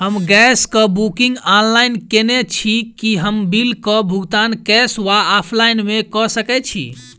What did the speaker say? हम गैस कऽ booking online केने छी, की हम बिल कऽ भुगतान कैश वा ऑफलाइन मे कऽ सकय छी?